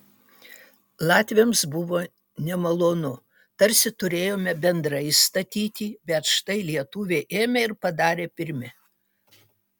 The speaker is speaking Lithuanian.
latviams buvo nemalonu tarsi turėjome bendrai statyti bet štai lietuviai ėmė ir padarė pirmi